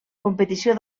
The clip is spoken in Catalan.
competició